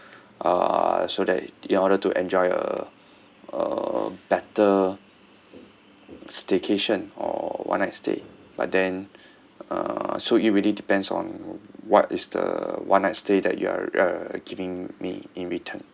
uh so that in order to enjoy uh uh better staycation or one night stay but then uh so it really depends on what is the one night stay that you are uh giving me in return